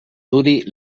duri